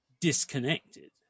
disconnected